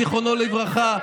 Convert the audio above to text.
זיכרונו לברכה,